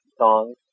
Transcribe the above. songs